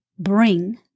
Bring